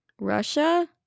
Russia